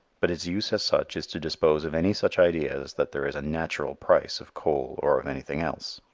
but its use as such is to dispose of any such idea as that there is a natural price of coal or of anything else.